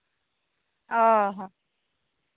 ᱚ